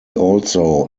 also